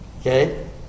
Okay